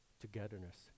togetherness